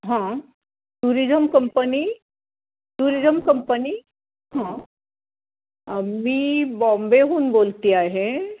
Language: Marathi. हां टूरिझम कंपनी टूरिझम कंपनी हां मी बॉम्बेहून बोलते आहे